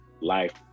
life